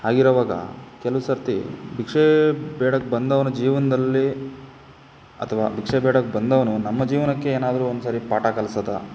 ಹಾಗಿರೋವಾಗ ಕೆಲವು ಸರ್ತಿ ಭಿಕ್ಷೆ ಬೇಡಕ್ಕೆ ಬಂದವನ ಜೀವನದಲ್ಲಿ ಅಥವಾ ಭಿಕ್ಷೆ ಬೇಡಕ್ಕೆ ಬಂದವನು ನಮ್ಮ ಜೀವನಕ್ಕೆ ಏನಾದ್ರೂ ಒಂದು ಸಾರಿ ಪಾಠ ಕಲಿಸೋ ಥರ